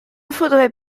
faudrait